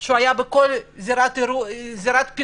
הוא היה בכל זירת פיגוע